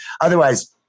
otherwise